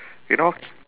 you know